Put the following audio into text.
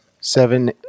seven